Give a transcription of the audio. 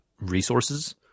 resources